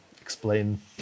Explain